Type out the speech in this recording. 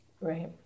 Right